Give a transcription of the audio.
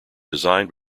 designed